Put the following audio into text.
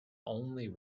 only